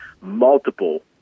multiple